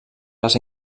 les